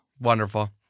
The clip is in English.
Wonderful